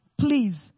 please